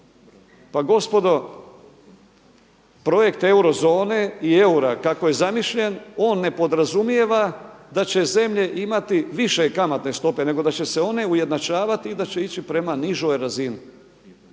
pa gospodo projekt eurozone i eura kako je zamišljen, on ne podrazumijeva da će zemlje imati više kamatne stope nego da će se one ujednačavati i da će ići prema nižoj razini.